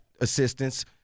assistance